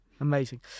amazing